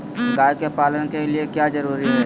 गाय के पालन के लिए क्या जरूरी है?